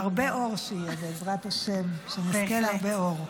הרבה אור שיהיה, בעזרת השם, שנזכה להרבה אור.